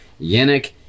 Yannick